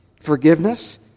forgiveness